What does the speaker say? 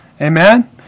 Amen